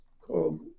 called